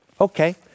Okay